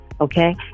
okay